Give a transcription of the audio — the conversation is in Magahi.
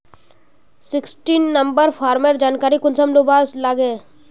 सिक्सटीन नंबर फार्मेर जानकारी कुंसम लुबा लागे?